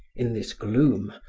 in this gloom,